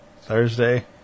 Thursday